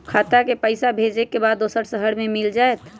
खाता के पईसा भेजेए के बा दुसर शहर में मिल जाए त?